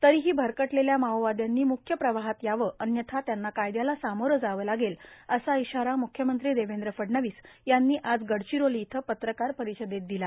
तरीही भरकटलेल्या माओवाद्यांनी म्ख्य प्रवाहात यावे अन्यथा त्यांना कायद्याला सामोरे जावे लागेल असा इशारा म्ख्यमंत्री देवेंद्र फडणवीस यांनी आज गडचिरोली इथं पत्रकार परिषदेत दिला